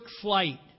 flight